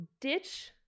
ditch